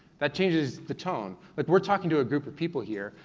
that changes the tone. but we're talking to a group of people here,